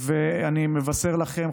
ואני מבשר לכם,